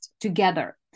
together